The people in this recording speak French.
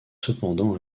cependant